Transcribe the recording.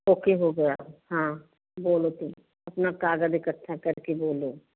okay हो गया हाँ बोलो तुम अपना कागज इकट्ठा करके बोलो